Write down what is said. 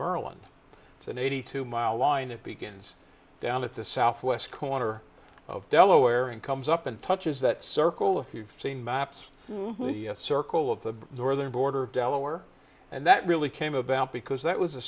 maryland it's an eighty two mile line it begins down at the southwest corner of delaware and comes up and touches that circle if you've seen maps the circle of the northern border of delaware and that really came about because that was a